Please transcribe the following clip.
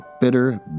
bitter